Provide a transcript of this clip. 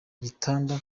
igitanda